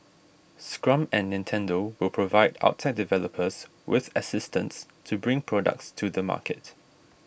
Scrum and Nintendo will provide outside developers with assistance to bring products to the market